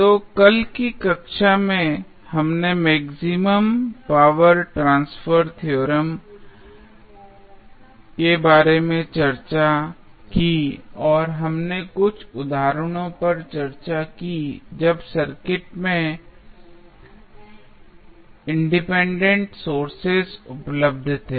तो कल की कक्षा में हमने मैक्सिमम पावर ट्रांसफर थ्योरम के बारे में चर्चा की और हमने कुछ उदाहरणों पर चर्चा की जब सर्किट में इंडिपेंडेंट सोर्सेज उपलब्ध थे